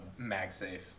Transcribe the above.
MagSafe